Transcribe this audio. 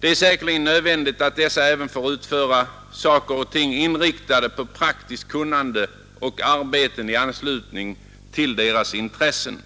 Det är säkerligen nödvändigt att dessa även får utföra saker och ting inriktade på praktiskt kunnande och arbeten i anslutning till deras intressen.